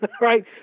right